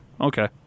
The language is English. Okay